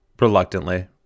Reluctantly